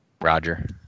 Roger